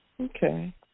Okay